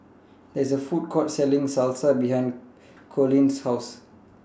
There IS A Food Court Selling Salsa behind Coleen's House